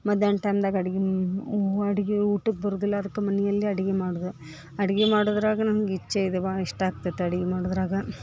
ಮಧ್ಯಾಹ್ನ ಟೈಮ್ದಾಗ್ ಅಡ್ಗಿ ಅಡ್ಗಿ ಊಟಕ್ಕೆ ಬರುದಿಲ್ಲ ಅದ್ಕ ಮನೆಯಲ್ಲೇ ಅಡ್ಗಿ ಮಾಡುದ ಅಡ್ಗಿ ಮಾಡುದ್ರಾಗ ನಮ್ಗ ಇಚ್ಛೆ ಇದೆವ ಇಷ್ಟ ಆಗ್ತೈತಿ ಅಡ್ಗಿ ಮಾಡುದ್ರಾಗ